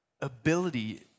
ability